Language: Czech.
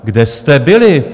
Kde jste byli?